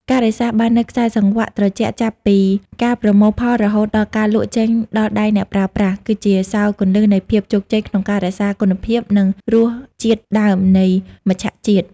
ការរក្សាបាននូវខ្សែសង្វាក់ត្រជាក់ចាប់ពីការប្រមូលផលរហូតដល់ការលក់ចេញដល់ដៃអ្នកប្រើប្រាស់ គឺជាសោរគន្លឹះនៃភាពជោគជ័យក្នុងការរក្សាគុណភាព និងរសជាតិដើមនៃមច្ឆជាតិខ្មែរ។